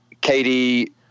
Katie